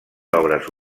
obres